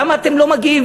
למה אתם לא מגיעים,